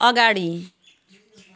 अगाडि